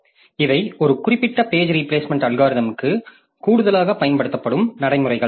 எனவே இவை ஒரு குறிப்பிட்ட பேஜ் ரீபிளேஸ்மெண்ட் அல்காரிதம்க்கு கூடுதலாகப் பயன்படுத்தப்படும் நடைமுறைகள்